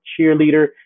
cheerleader